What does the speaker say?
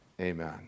Amen